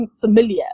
familiar